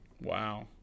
Wow